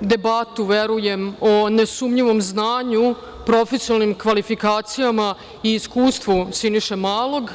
debatu, verujem, o nesumnjivom znanju, profesionalnim kvalifikacijama i iskustvu Siniše Malog.